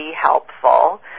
helpful